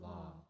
Law